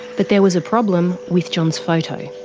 but there was a problem with john's photo.